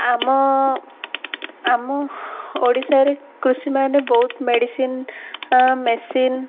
ଆମ ଆମ ଓଡ଼ିଶାରେ କୃଷିମାନେ ବହୁତ ମେଡ଼ିସିନ ମେସିନ୍